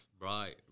Right